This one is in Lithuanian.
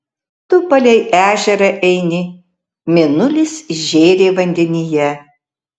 tu palei ežerą eini mėnulis žėri vandenyje